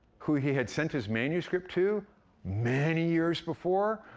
who he had sent his manuscript to many years before?